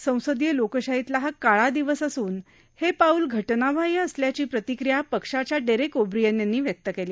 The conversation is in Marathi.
संसदीय लोकशाहीतला हा काळा दिवस असून हे पाऊल घटनाबाह्य असल्याची प्रतिक्रिया पक्षाच्या डेरेक ओब्रियन यांनी व्यक्त केली